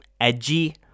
edgy